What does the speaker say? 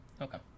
okay